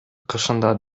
кышында